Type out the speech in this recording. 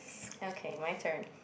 okay my turn